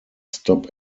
stop